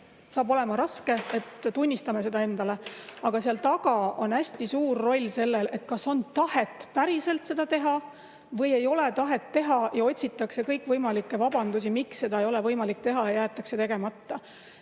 saab olema raske. Tunnistame seda endale. Aga seal taga on hästi suur roll selles, et kas on tahet päriselt seda teha või ei ole tahet teha ja otsitakse kõikvõimalikke vabandusi, miks seda ei ole võimalik teha, ja jäetakse tegemata.